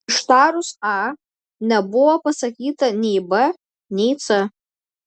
ištarus a nebuvo pasakyta nei b nei c